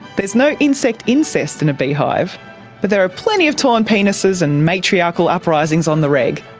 there's no insect incest in a beehive but there are plenty of torn penises and matriarchal uprisings on the reg.